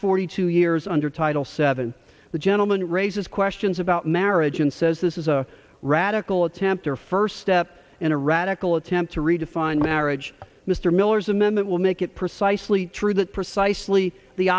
forty two years under title seven the gentleman raises questions about marriage and says this is a radical attempt or first step in a radical attempt to redefine marriage mr miller's amendment will make it precisely true that precisely the